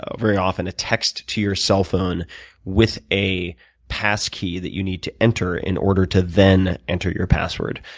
very often, a text to your cell phone with a pass key that you need to enter in order to then enter your password.